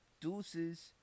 Deuces